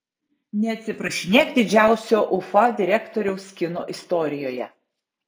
neatsiprašinėk didžiausio ufa direktoriaus kino istorijoje